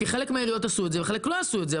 כי חלק העיריות עשו את זה וחלק לא עשו את זה.